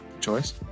Choice